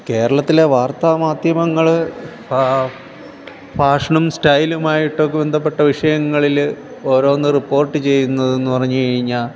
കേരളത്തിലെ വാർത്താ മാധ്യമങ്ങൾ ഫാഷനും സ്റ്റൈലുമായിട്ടൊക്കെ ബന്ധപ്പെട്ട വിഷയങ്ങളിൽ ഓരോന്ന് റിപ്പോർട്ട് ചെയ്യുന്നതെന്നു പറഞ്ഞു കഴിഞ്ഞാൽ